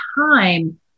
time